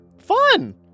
fun